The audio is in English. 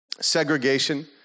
segregation